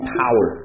power